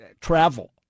travel